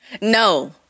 No